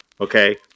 okay